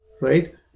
right